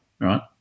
Right